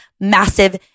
massive